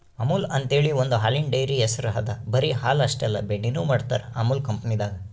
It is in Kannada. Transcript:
ಅಮುಲ್ ಅಂಥೇಳಿ ಒಂದ್ ಹಾಲಿನ್ ಡೈರಿ ಹೆಸ್ರ್ ಅದಾ ಬರಿ ಹಾಲ್ ಅಷ್ಟೇ ಅಲ್ಲ ಬೆಣ್ಣಿನು ಮಾಡ್ತರ್ ಅಮುಲ್ ಕಂಪನಿದಾಗ್